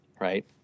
right